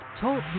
Talk